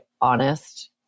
honest